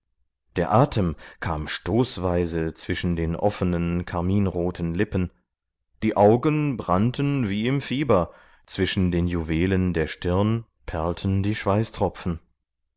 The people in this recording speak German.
der atem kam stoßweise zwischen die offenen karminroten lippen die augen brannten wie im fieber zwischen den juwelen der stirn perlten die schweißtropfen